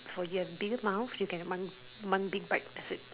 or you have bigger mouth you can one one big bite that's it